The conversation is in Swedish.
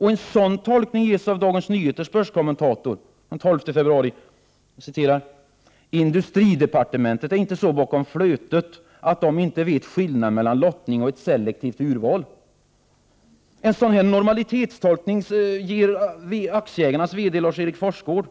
En sådan tolkning ges av DN:s börskommentator den 12 februari som skriver: ”Industridepartementet är inte så bakom flötet att det inte vet skillnaden mellan lottning och ett selektivt urval ——-.” En sådan normalitetstolkning ges också av aktieägarnas VD Lars Erik Forsgårdh,